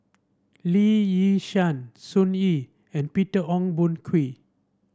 Lee Yi Shyan Sun Yee and Peter Ong Boon Kwee